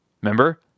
Remember